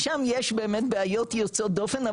שם יש באמת בעיות יוצאות דופן,